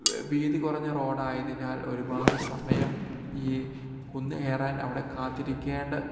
വീതി കൊറഞ്ഞ റോഡായതിനാൽ ഒരുപാട് സമയം ഈ കുന്നുകയറാൻ അവിടെ കാത്തിരിക്കേണ്ട